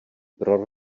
pro